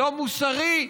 לא מוסרי,